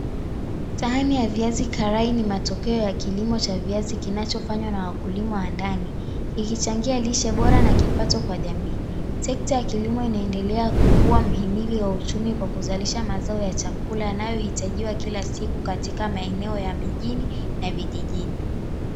Sahani ya viazi karai ni matokeo ya kilimo cha viazi kinachofanywa na wakulima wa ndani ikichangia lishe bora na kipato kwa jamii sekta ya kilimo inaendelea kuwa mhimili wa uchumi kwa kuzalisha mazao ya chakula anayohitajiwa kila siku katika maeneo ya mijini na vijijini.